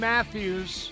Matthews